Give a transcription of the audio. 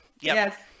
Yes